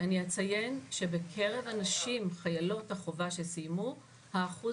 אני אציין שבקרב חיילות החובה שסיימו האחוז